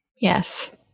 Yes